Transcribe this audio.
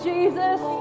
Jesus